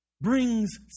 brings